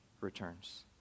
returns